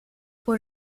por